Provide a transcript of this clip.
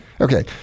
Okay